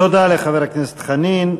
תודה לחבר הכנסת חנין.